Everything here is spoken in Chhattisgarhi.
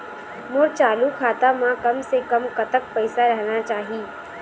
मोर चालू खाता म कम से कम कतक पैसा रहना चाही?